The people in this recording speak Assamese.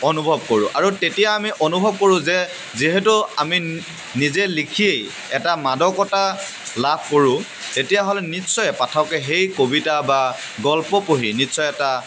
অনুভৱ কৰোঁ আৰু তেতিয়া আমি অনুভৱ কৰোঁ যে যিহেতু আমি নিজে লিখি এটা মাদকতা লাভ কৰোঁ তেতিয়াহ'লে নিশ্চয় পাঠকে সেই কবিতা বা গল্প পঢ়ি নিশ্চয় এটা